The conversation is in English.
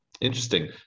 interesting